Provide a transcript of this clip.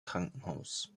krankenhaus